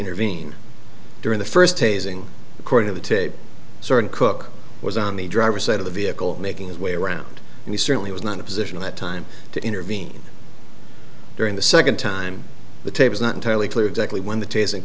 intervene during the first tasing recording of the tape certain cook was on the driver's side of the vehicle making his way around and he certainly was not a position that time to intervene during the second time the tape was not entirely clear exactly when the tasing